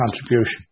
contribution